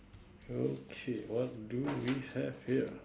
okay what do we have here